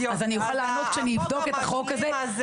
אז אני אוכל לענות כשאני אבדוק את החוק הזה.